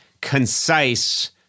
concise